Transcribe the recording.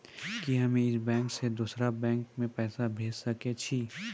कि हम्मे इस बैंक सें दोसर बैंक मे पैसा भेज सकै छी?